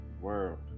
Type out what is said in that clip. world